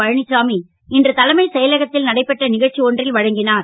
பழனிச்சாமி இன்று தலைமைச்செயலகத்தில் நடைபெற்ற நிகழ்ச்சி ஒன்றில் வழங்கினார்